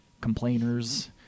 complainers